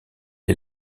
est